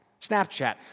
Snapchat